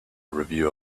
review